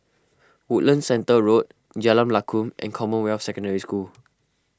Woodlands Centre Road Jalan Lakum and Commonwealth Secondary School